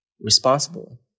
responsible